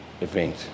event